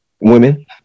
Women